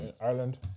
Ireland